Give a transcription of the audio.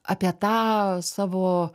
apie tą savo